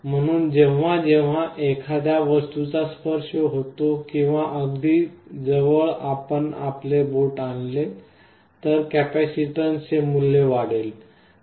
म्हणून जेव्हा जेव्हा एखाद्या वस्तूचा स्पर्श होतो किंवा अगदी जवळ आपण आपले बोट आणले तर कॅपेसिटन्सचे मूल्य वाढेल